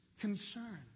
concern